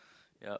yup